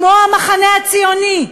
כמו המחנה הציוני,